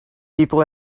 people